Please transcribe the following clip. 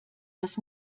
das